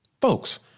Folks